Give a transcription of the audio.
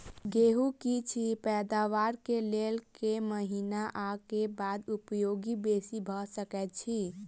गेंहूँ की अछि पैदावार केँ लेल केँ महीना आ केँ खाद उपयोगी बेसी भऽ सकैत अछि?